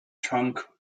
trunk